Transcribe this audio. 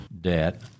debt